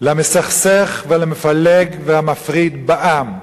למסכסך ולמפלג והמפריד בעם,